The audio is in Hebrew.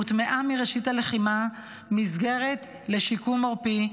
הוטמעה מראשית הלחימה מסגרת לשיקום עורפי,